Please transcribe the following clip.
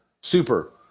Super